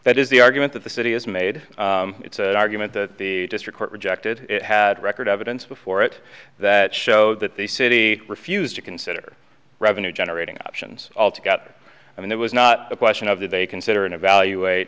that is the argument that the city has made it's an argument that the district court rejected it had record evidence before it that showed that the city refused to consider revenue generating options altogether and there was not a question of that they consider and evaluate